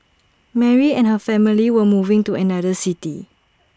Mary and her family were moving to another city